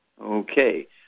Okay